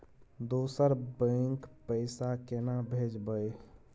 दोसर बैंक पैसा केना भेजबै?